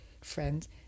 friends